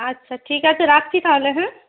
আচ্ছা ঠিক আছে রাখছি তাহলে হ্যাঁ